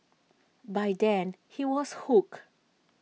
by then he was hooked